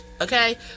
okay